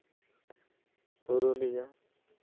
Purulia